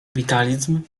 witalizm